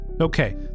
Okay